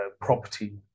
property